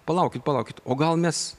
palaukit palaukit o gal mes